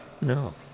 No